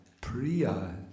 Priya